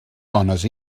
dones